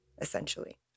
essentially